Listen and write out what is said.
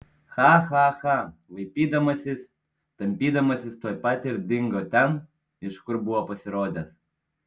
cha cha cha vaipydamasis tampydamasis tuoj pat ir dingo ten iš kur buvo pasirodęs